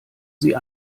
sie